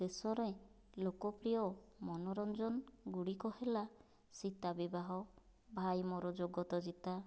ଦେଶରେ ଲୋକପ୍ରିୟ ମନୋରଞ୍ଜନଗୁଡ଼ିକ ହେଲା ସୀତା ବିବାହ ଭାଇ ମୋର ଜଗତଜିତା